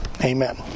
Amen